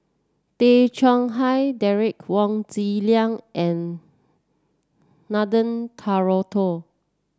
Tay Chong Hai Derek Wong Zi Liang and Nathan Hartono